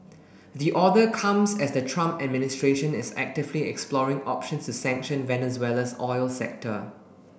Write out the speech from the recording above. the order comes as the Trump administration is actively exploring options to sanction Venezuela's oil sector